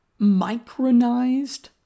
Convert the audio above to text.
Micronized